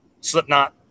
Slipknot